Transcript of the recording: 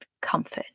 comfort